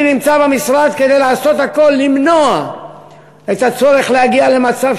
אני נמצא במשרד כדי לעשות הכול למנוע את הצורך להגיע למצב